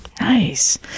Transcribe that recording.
nice